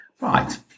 Right